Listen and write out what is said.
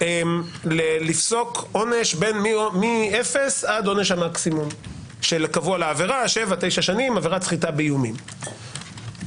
לפסוק עונש מאפס עד עונש המקסימום שקבוע על עבירת סחיטה באיומים,